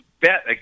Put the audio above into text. bet